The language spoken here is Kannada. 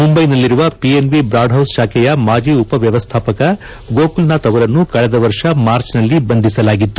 ಮುಂಬ್ವೆನಲ್ಲಿರುವ ಪಿಎನ್ಬಿ ಬ್ರಾಡ್ ಹೌಸ್ ಶಾಖೆಯ ಮಾಜಿ ಉಪ ವ್ಯವಸ್ಥಾಪಕ ಗೋಕುಲ್ ನಾಥ್ ಅವರನ್ನು ಕಳೆದ ವರ್ಷ ಮಾರ್ಚ್ನಲ್ಲಿ ಬಂಧಿಸಲಾಗಿತ್ತು